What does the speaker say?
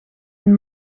een